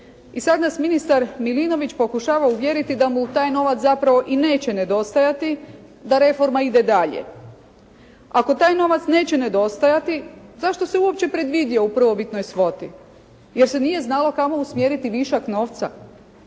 I sada nas ministar Milinović pokušava uvjeriti da mu taj novac zapravo i neće nedostajati, da reforma ide dalje. Ako taj novac neće nedostajati, zašto se uopće predvidio u prvobitnoj svoti? Jel' se nije znalo kamo usmjeriti višak novca?